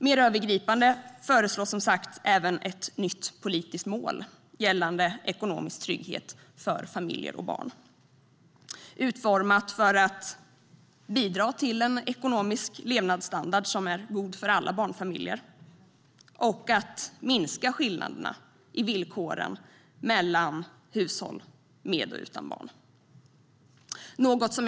Mer övergripande föreslås, som sagt, även ett nytt politiskt mål gällande ekonomisk trygghet för familjer och barn, utformat för att bidra till en ekonomisk levnadsstandard som är god för alla barnfamiljer och för att minska skillnaderna i villkoren mellan hushåll med barn och hushåll utan barn.